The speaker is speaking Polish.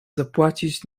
zapłacić